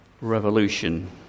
revolution